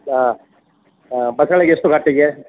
ಹಾಂ ಹಾಂ ಬಸಳೆಗೆ ಎಷ್ಟು ಕಟ್ಟಿಗೆ